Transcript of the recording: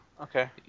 Okay